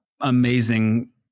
amazing